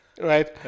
Right